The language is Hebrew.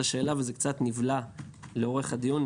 וזה קצת נבלע לאורך הדיון,